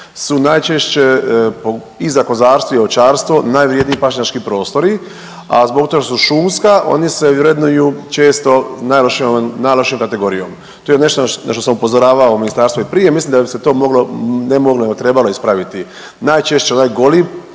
najčešće i za kozarstvo i očarstvo najvrijedniji pašnjački prostori, a zbog toga što su šumska oni se vrednuju često najlošijom, najlošijom kategorijom. To je nešto na što sam upozoravao ministarstvo i prije, mislim da bi se to moglo, ne moglo nego trebalo ispraviti. Najčešće onaj goli